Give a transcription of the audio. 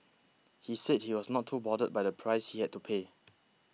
he said he was not too bothered by the price he had to pay